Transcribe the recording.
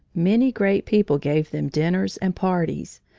many great people gave them dinners and parties.